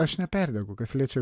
aš neperdedu kas liečia